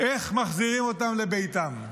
איך מחזירים אותם לביתם,